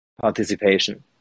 participation